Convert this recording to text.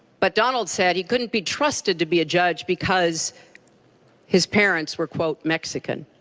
but donald said he couldn't be trusted to be a judge because his parents were mexican.